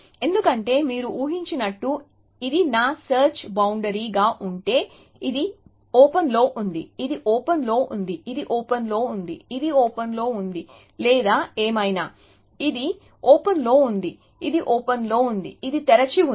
ఎందుకంటే మీరు ఊహించినట్టు ఇది నా సెర్చ్ బౌండరీ గా ఉంటే ఇది ఓపెన్లో ఉంది ఇది ఓపెన్లో ఉంది ఇది ఓపెన్లో ఉంది ఇది ఓపెన్లో ఉంది లేదా ఏమైనా ఇది ఓపెన్లో ఉంది ఇది ఓపెన్లో ఉంది ఇది తెరిచి ఉంది